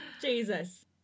Jesus